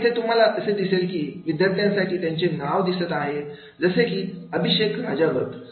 आता इथे तुम्हाला दिसेल की विद्यार्थ्यांसाठी त्यांचे नाव दिसत आहे जसे की अभिषेक राजावत